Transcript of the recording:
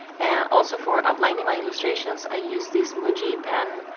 and also for outlining my illustrations i use this muji pen,